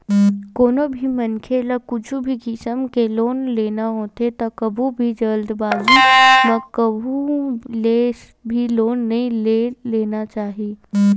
कोनो भी मनखे ल कुछु भी किसम के लोन लेना होथे त कभू भी जल्दीबाजी म कहूँ ले भी लोन नइ ले लेना चाही